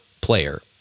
player